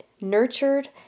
nurtured